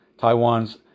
Taiwan's